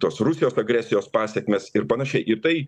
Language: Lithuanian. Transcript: tos rusijos agresijos pasekmes ir panaši ir tai